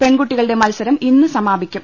പെൺകുട്ടി കളുടെ മത്സരം ഇന്ന് സമാപിക്കും